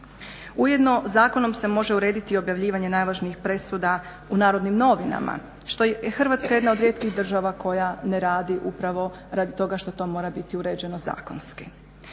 Ujedno zakonom se može urediti i objavljivanje najvažnijih presuda u Narodnim novinama što je Hrvatska jedna od rijetkih država koja ne radi upravo radi toga što to mora biti uređeno zakonski.